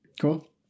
cool